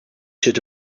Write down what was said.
should